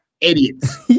idiots